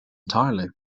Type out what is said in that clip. entirely